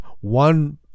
one